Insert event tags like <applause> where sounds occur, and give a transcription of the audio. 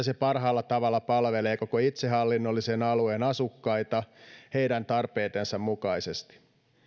<unintelligible> se parhaalla tavalla palvelee koko itsehallinnollisen alueen asukkaita heidän tarpeidensa mukaisesti